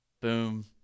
Boom